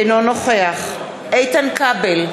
אינו נוכח איתן כבל,